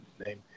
Name